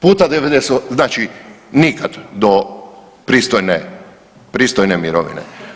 Puta 98, znači nikad do pristojne mirovine.